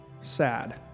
sad